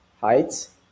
heights